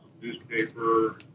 newspaper